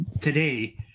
today